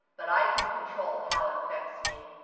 but i can control how it affects me.